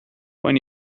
when